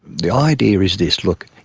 the idea is this, look,